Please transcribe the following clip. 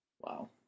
Wow